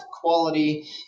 quality